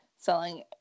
selling